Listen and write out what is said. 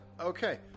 Okay